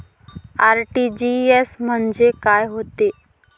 RTGS म्हंजे काय होते?